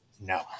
No